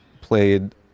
played